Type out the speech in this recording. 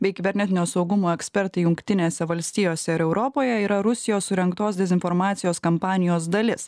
bei kibernetinio saugumo ekspertai jungtinėse valstijose ir europoje yra rusijos surengtos dezinformacijos kampanijos dalis